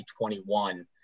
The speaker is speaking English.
2021